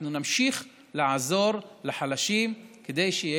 אנחנו נמשיך לעזור לחלשים כדי שיהיו